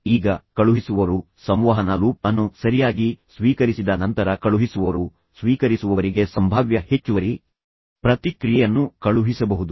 ಈಗ ಕಳುಹಿಸುವವರು ಸಂವಹನ ಲೂಪ್ ಅನ್ನು ಸರಿಯಾಗಿ ಸ್ವೀಕರಿಸಿದ ನಂತರ ಕಳುಹಿಸುವವರು ಸ್ವೀಕರಿಸುವವರಿಗೆ ಸಂಭಾವ್ಯ ಹೆಚ್ಚುವರಿ ಪ್ರತಿಕ್ರಿಯೆಯನ್ನು ಕಳುಹಿಸಬಹುದು